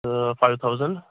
تہٕ five thousand